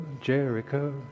Jericho